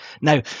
Now